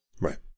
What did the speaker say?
Right